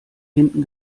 hinten